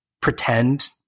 pretend